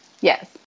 Yes